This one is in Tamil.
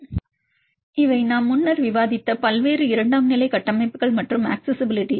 எனவே இவை நாம் முன்னர் விவாதித்த பல்வேறு இரண்டாம் நிலை கட்டமைப்புகள் மற்றும் அக்சஸிஸிபிலிட்டி